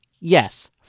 yes